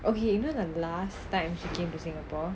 okay you know the last time she came to singapore